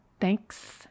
Thanks